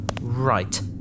right